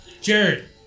Jared